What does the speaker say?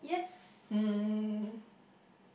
um